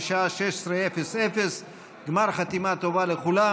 בשעה 16:00. גמר חתימה טובה לכולם.